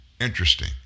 interesting